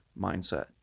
mindset